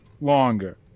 longer